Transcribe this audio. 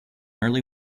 early